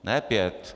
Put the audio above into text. Ne pět.